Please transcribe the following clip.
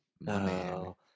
No